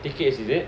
tickets is it